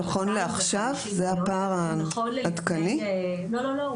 זה הפער העדכני נכון לעכשיו?